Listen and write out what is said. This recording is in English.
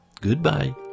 goodbye